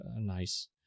nice